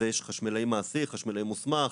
יש חשמלאי מעשי, חשמלאי מוסמך.